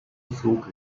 flog